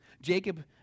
Jacob